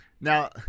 Now